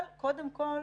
אבל, קודם כול,